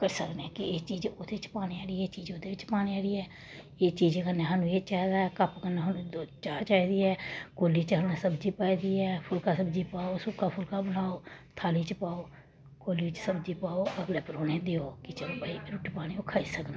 करी सकने कि एह् चीज ओह्दे च पाने आह्ली ऐ एह् चीज ओह्दे च पाने आहली ऐ इस चीज कन्नै सानू एह् चाहिदा ऐ कप कन्नै सानू चाह् चाहिदी ऐ कोली च असें सब्जी पाई दी ऐ फुलका सब्जी पाओ सुक्का फुलका बनाओ थाली च पाओ कोली च सब्जी पाओ ते अगले परौह्ने गी देओ ते भई रुटी पानी ओह् खाई सकदा